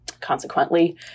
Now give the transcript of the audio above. Consequently